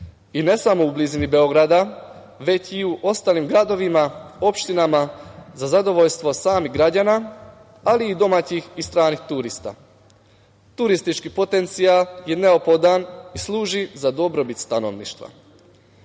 ne samo u blizini Beograda, već i u ostalim gradovima, opštinama za zadovoljstvo samih građana, ali i domaćih i stranih turista, turistički potencijal je neophodan i služi za dobrobit stanovništva. Na